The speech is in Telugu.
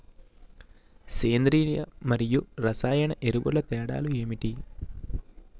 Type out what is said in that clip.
సేంద్రీయ మరియు రసాయన ఎరువుల తేడా లు ఏంటి?